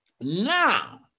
now